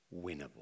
winnable